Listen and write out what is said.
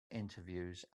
interviews